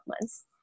months